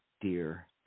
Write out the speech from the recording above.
dear